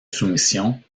soumission